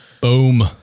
boom